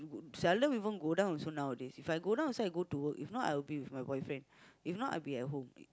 seldom people go down so nowadays If I go down also I go to work if not I'll be with my boyfriend if not I'll be at home